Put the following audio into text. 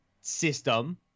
System